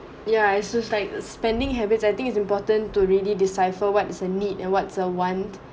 ya it's just like spending habits I think it's important to ready decipher what is a need and what's a want